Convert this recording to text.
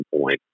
point